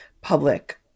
public